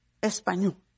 español